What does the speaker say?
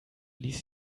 ließ